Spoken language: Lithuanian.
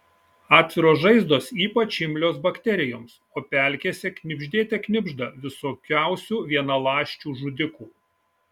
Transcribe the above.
atviros žaizdos ypač imlios bakterijoms o pelkėse knibždėte knibžda visokiausių vienaląsčių žudikų